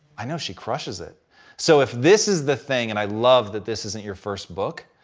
i know she crushes, it so if this is the thing and i love that this isn't your first book.